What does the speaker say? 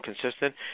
consistent